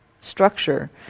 structure